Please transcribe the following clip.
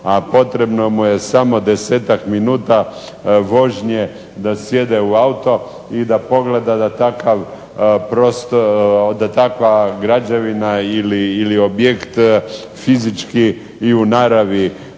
a potrebno mu je samo 10-tak minuta vožnje da sjedne u auto i da pogleda da takva građevina ili objekt fizički i u naravi